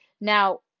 Now